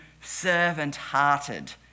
servant-hearted